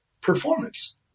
performance